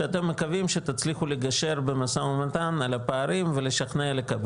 שאתם מקווים שתצליחו לגשר במשא ומתן על הפערים ולשכנע לקבל.